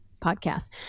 podcast